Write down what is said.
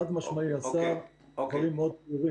קח אוויר.